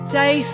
day